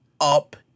up